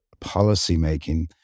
policymaking